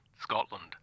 Scotland